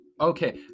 okay